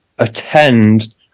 attend